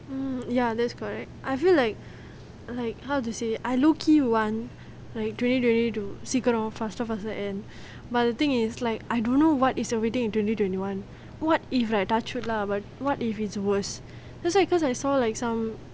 hmm ya that's correct I feel like like how to say I low key want twenty twenty to speeden off faster faster end but the thing is like I don't know what is awaiting in twenty twenty one what if like touchwood lah but what if it's worse because like because I saw like some